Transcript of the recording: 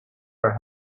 our